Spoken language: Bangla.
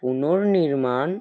পুনর্নির্মাণ